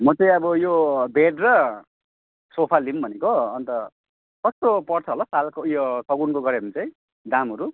म चाहिँ अब यो बेड र सोफा लिऊँ भनेको अनि त कस्तो पर्छ होला सालको ऊ यो सगुनको गऱ्यो भने चाहिँ दामहरू